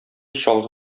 чалгы